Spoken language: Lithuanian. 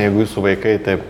jeigu jūsų vaikai taip